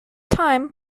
time